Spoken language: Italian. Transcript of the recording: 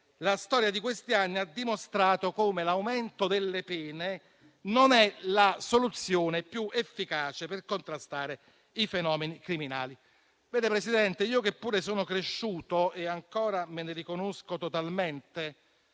la storia di questi anni ha dimostrato come l'aumento delle pene non sia la soluzione più efficace per contrastare i fenomeni criminali. Signor Presidente, io che pure sono cresciuto e ancora mi riconosco totalmente